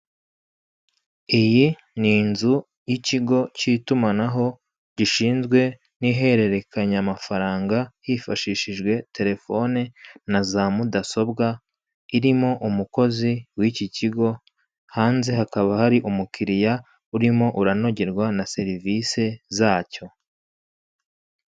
Iyi ni inzu y'ikigo cy'itumanaho gishinzwe n'iherekanya amafaranga hifashishijwe telefone naza mudasobwa irimo umukozi w'iki kigo hanze hakaba hari umukiriya urimo uranogerwa na serivise zacyo.